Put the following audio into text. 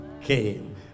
came